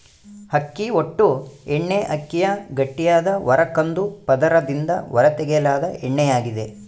ಅಕ್ಕಿ ಹೊಟ್ಟು ಎಣ್ಣೆಅಕ್ಕಿಯ ಗಟ್ಟಿಯಾದ ಹೊರ ಕಂದು ಪದರದಿಂದ ಹೊರತೆಗೆಯಲಾದ ಎಣ್ಣೆಯಾಗಿದೆ